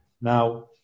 Now